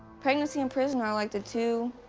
pregnancy and prison are like the two